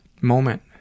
moment